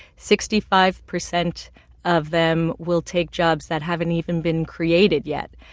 sixty five percent of them will take jobs that haven't even been created yet.